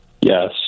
yes